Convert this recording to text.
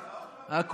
מחר,